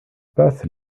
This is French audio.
passe